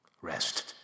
Rest